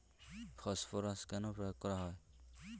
Phosphorus কেন প্রয়োগ করা হয়?